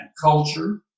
culture